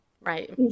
right